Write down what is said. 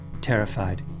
terrified